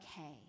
okay